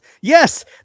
yes